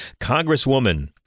Congresswoman